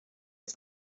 des